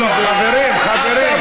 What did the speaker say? לא, לא, חברים, חברים.